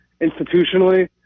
institutionally